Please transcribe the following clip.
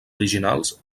originals